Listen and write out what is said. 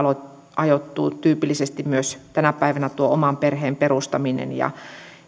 tyypillisesti ajoittuu tänä päivänä myös tuo oman perheen perustaminen ja